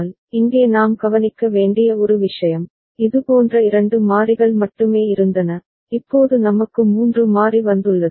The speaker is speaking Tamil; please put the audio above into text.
Bn ஆனால் இங்கே நாம் கவனிக்க வேண்டிய ஒரு விஷயம் இதுபோன்ற 2 மாறிகள் மட்டுமே இருந்தன இப்போது நமக்கு 3 மாறி வந்துள்ளது